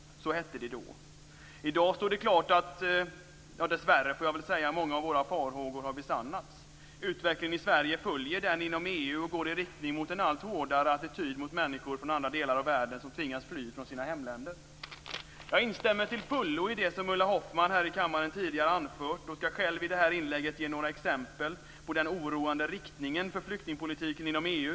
Så hette det då. I dag står det klart att många av våra farhågor dessvärre har besannats. Utvecklingen i Sverige följer den inom EU och går i riktning mot en allt hårdare attityd mot människor från andra delar av världen som tvingas fly från sina hemländer. Jag instämmer till fullo i det som Ulla Hoffmann tidigare anfört här i kammaren och skall själv i det här inlägget ge några exempel på den oroande riktningen för flyktingpolitiken inom EU.